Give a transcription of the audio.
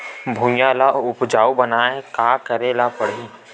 भुइयां ल उपजाऊ बनाये का करे ल पड़ही?